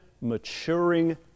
maturing